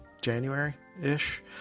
January-ish